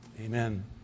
Amen